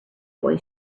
boy